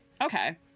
Okay